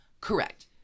Correct